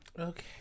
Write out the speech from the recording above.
Okay